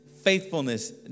faithfulness